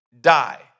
die